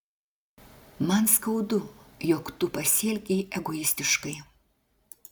man skaudu jog tu pasielgei egoistiškai